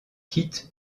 kit